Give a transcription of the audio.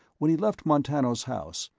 when he left montano's house,